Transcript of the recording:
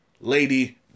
Lady